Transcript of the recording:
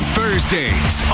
Thursdays